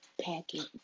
packet